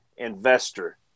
investor